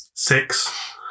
Six